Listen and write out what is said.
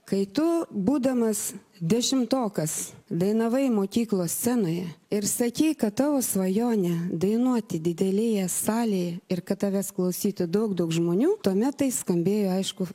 kai tu būdamas dešimtokas dainavai mokyklos scenoje ir sakei kad tavo svajonė dainuoti didelėje salėje ir kad tavęs klausytų daug daug žmonių tuomet tai skambėjo aišku